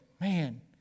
Man